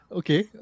okay